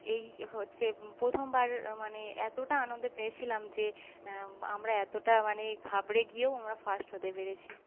এই হচ্ছে প্রথমবার মানে এতটা আনন্দ পেয়েছিলাম যে আমরা এতটা মানে ঘাবড়ে গিয়েও আমরা ফার্স্ট হতে পেরেছি